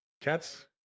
Cats